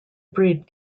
breed